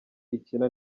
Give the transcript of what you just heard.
ikina